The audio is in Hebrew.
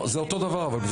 זה אותו דבר אבל,